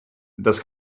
das